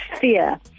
fear